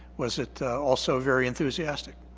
was it also very enthusiastic?